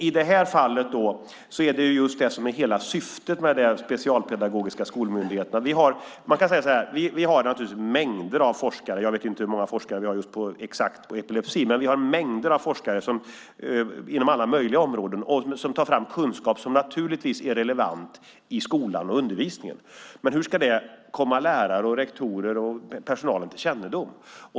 I det här fallet är det just detta som är hela syftet med den specialpedagogiska skolmyndigheten. Vi har mängder av forskare. Jag vet inte exakt hur många forskare vi har just på epilepsi. Men vi har mängder av forskare inom alla möjliga områden som tar fram kunskap som naturligtvis är relevant i skolan och undervisningen. Men hur ska det komma lärare, rektorer och personal till kännedom?